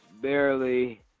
barely